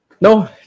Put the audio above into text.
No